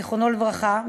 זיכרונו לברכה,